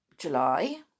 July